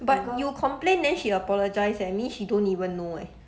but you complain then she apologized eh means she don't even know eh